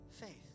faith